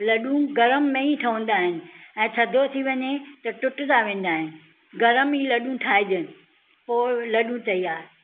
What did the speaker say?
लॾूं गर्म में ई ठहंदा आहिनि ऐं थधे थी वञे त टुटिजा वेंदा आहिनि गर्म ई लॾूं ठाहिजे पोइ लॾूं तयारु